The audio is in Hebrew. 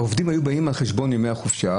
העובדים היו באים על חשבון ימי החופשה,